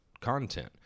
content